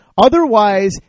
Otherwise